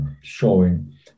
showing